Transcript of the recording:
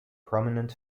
prominent